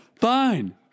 fine